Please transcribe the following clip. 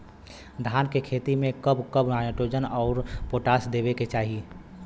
धान के खेती मे कब कब नाइट्रोजन अउर पोटाश देवे के चाही?